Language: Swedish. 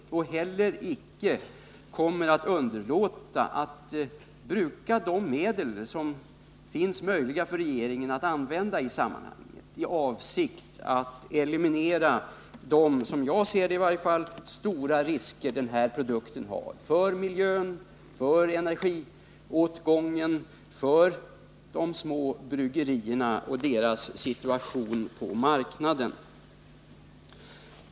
Jag noterar att jordbruksministern icke kommer att underlåta att använda de medel som står regeringen till buds i avsikt att eliminera de stora risker som denna produkt har för miljön, för energiåtgången och för de små bryggeriernas situation på marknaden.